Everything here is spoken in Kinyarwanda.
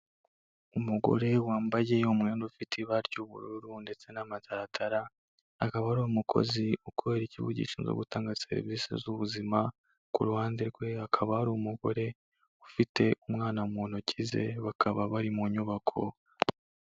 Umugore wambaye umwenda ufite ibara ry'ubururu ndetse n'amataratara, akaba ari umukozi korera ikigo gishinzwe gutanga serivisi z'ubuzima, ku ruhande rwe hakaba hari umugore ufite umwana mu ntoki ze, bakaba bari mu nyubako.